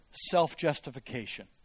self-justification